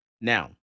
Now